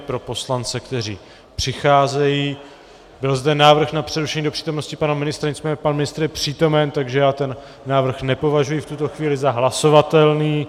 Pro poslance, kteří přicházejí byl zde návrh na přerušení do přítomnosti pana ministra, nicméně pan ministr je přítomen, takže já ten návrh nepovažuji v tuto chvíli za hlasovatelný.